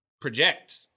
project